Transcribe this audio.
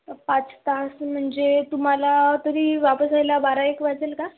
पाच तास म्हणजे तुम्हाला तरी वापस यायला बारा एक वाजेल का